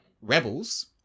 rebels